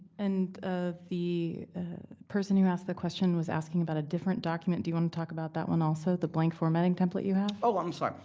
and ah the person who asked the question was asking about a different document. do you wanna talk about that one, also? the blank formatting template you have? oh, i'm sorry.